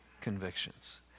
convictions